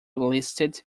listed